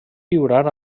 lliurar